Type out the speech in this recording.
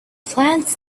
plants